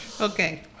Okay